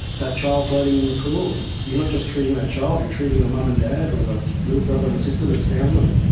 that child floating in the pool, you're not just treating that child you're treating the mum and dad or the little brother and sister that's found them.